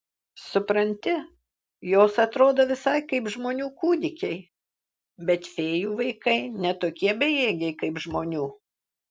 supranti jos atrodo visai kaip žmonių kūdikiai bet fėjų vaikai ne tokie bejėgiai kaip žmonių